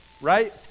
Right